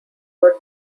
were